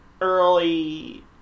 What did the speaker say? early